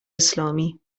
اسلامی